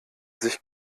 sich